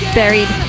buried